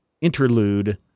interlude